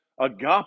agape